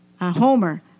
Homer